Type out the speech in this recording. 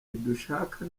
ntidushaka